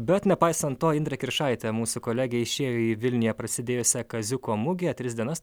bet nepaisant to indrė kiršaitė mūsų kolegė išėjo į vilniuje prasidėjusią kaziuko mugę tris dienas